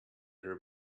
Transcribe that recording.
her